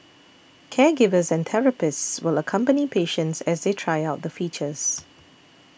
caregivers and therapists will accompany patients as they try out the features